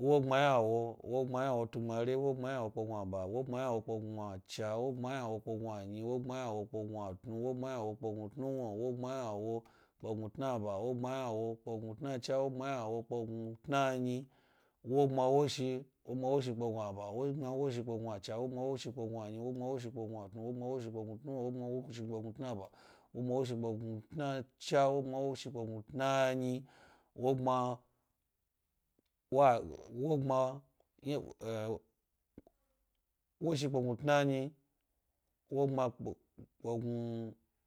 wogbma yna wo wogbmaynawotu gbmari, wogbmaynawo pke gnuaba, wogbma ynawo pke gnuacha, wogbma ynawo pke gnuayi, wogbma ynawo pke gnuatnu, wogbma ynawo pke gnuatnuwni, wogbma ynawo pke gnutnaba, wogbmaynawo pke gnu tnanyi wogbma woshi pke gnuacha woshi pke gnuatnu, wogbbama wahi pke gnu tnuwni, wogbma woshi pke gnuatnaba, wogbma woshi pke gnu tnanyi, wogbma wa-wogbma-wahi pke gnuatnanyi, wogbma pke snu-.